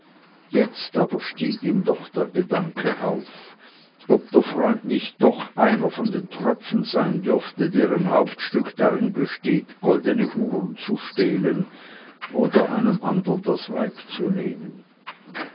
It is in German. jetzt aber stieg ihm doch der gedanke auf ob der freund nicht doch einer von den tröpfen sein dürfte deren hauptstück darin besteht goldene uhren zu stehlen oder einem andern das weib zu nehmen